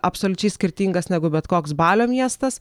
absoliučiai skirtingas negu bet koks balio miestas